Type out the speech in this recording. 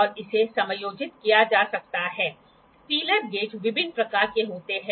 तो यहां सटीकता 1 मिनट तक जा सकती है